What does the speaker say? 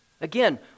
Again